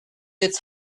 its